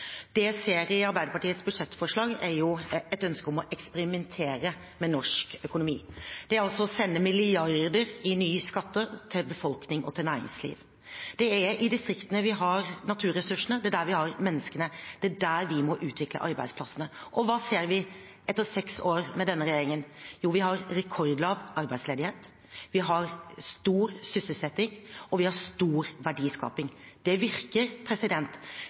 Det jeg ser i Arbeiderpartiets budsjettforslag, er et ønske om å eksperimentere med norsk økonomi. Det er å sende milliarder i nye skatter til befolkningen og til næringslivet. Det er i distriktene vi har naturressursene, det er der vi har menneskene, og det er der vi må utvikle arbeidsplassene. Og hva ser vi etter seks år med denne regjeringen? Jo, vi har rekordlav arbeidsledighet, vi har stor sysselsetting, og vi har stor verdiskaping. Det virker